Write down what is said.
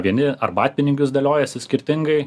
vieni arbatpinigius dėliojasi skirtingai